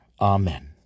amen